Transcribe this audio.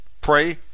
Pray